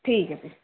ठीक ऐ फिर